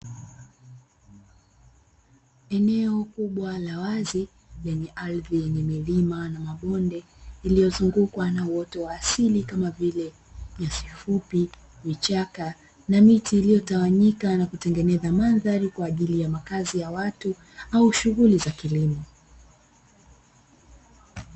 Eneo kubwa la wazi lenye ardhi yenye milima na mabonde, lililozungukwa na uoto wa asili kama vile; nyasi fupi, vichaka na miti iliyotawanyika na kutengeneza mandhari kwa ajili ya makazi ya watu au shughuli za kilimo.